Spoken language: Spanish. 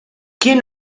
quién